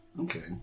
Okay